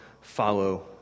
follow